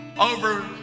over